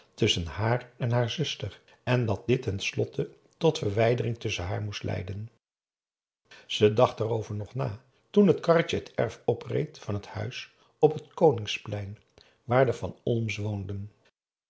tusschen haar en haar zuster en dat dit ten slotte tot verwijdering tusschen haar moest leiden ze dacht daarover nog na toen het karretje t erf opreed van het huis op t koningsplein waar de van olm's